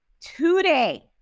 today